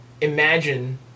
imagine